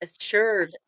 assured